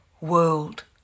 world